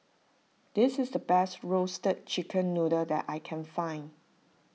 this is the best Roasted Chicken Noodle that I can find